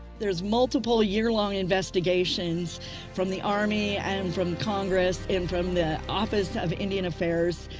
there's multiple ah year-long investigations from the army and um from congress and from the office of indian affairs,